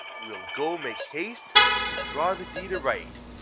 we'll go make haste to draw the deed aright,